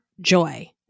joy